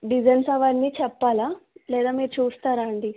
designs అవన్నీ చెప్పాలా లేదా మీరు చూస్తారా అండి